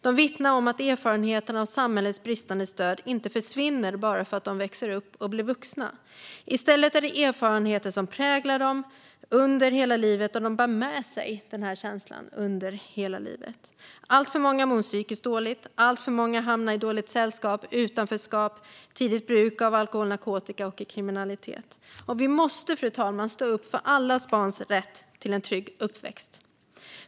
De vittnar om att erfarenheten av samhällets bristande stöd inte försvinner bara för att de växer upp och blir vuxna. I stället är det erfarenheter som präglar dem under hela livet. De bär med sig den känslan under hela livet. Alltför många mår psykiskt dåligt. Alltför många hamnar i dåligt sällskap, utanförskap, tidigt bruk av alkohol och narkotika och kriminalitet. Fru talman! Vi måste stå upp för alla barns rätt till en trygg uppväxt.